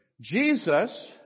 Jesus